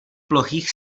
plochých